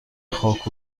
خاک